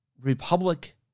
republic